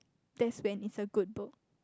that's when it's a good book